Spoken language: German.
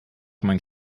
meinen